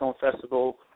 Festival